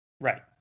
Right